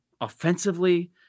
offensively